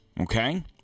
Okay